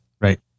Right